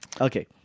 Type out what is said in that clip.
Okay